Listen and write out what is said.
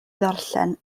ddarllen